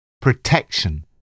Protection